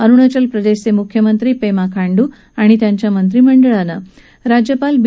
अरुणाचल प्रदेशचे मुख्यमंत्री पेमा खांडू आणि त्यांच्या मंत्रिमंडळानं राज्यपाल बी